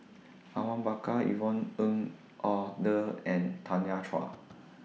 Awang Bakar Yvonne Ng Uhde and Tanya Chua